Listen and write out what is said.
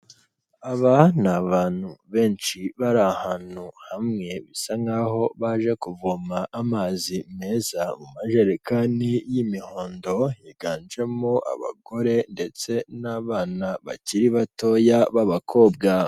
Aba ni abantu benshi bari ahantu hamwe bisa nk'aho baje kuvoma amazi meza mu majerekani y'imihondo higanjemo abagore ndetse n'abana bakiri batoya b'abakobwa.